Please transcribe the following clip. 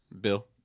Bill